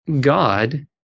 God